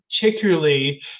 particularly